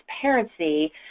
transparency